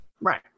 Right